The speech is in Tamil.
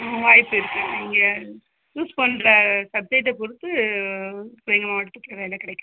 வாய்ப்பு இருக்குது நீங்கள் சூஸ் பண்ணுற சப்ஜக்டை பொறுத்து சிவகங்கை மாவட்டத்தில் வேலைக் கிடைக்கும்